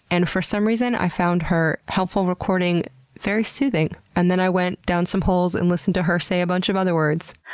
and for some reason i found her helpful recording very soothing and then i went down some holes and listened to her say a bunch of other words.